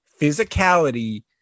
physicality